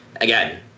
Again